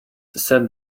said